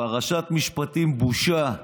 "פרשת משפטים, בושה",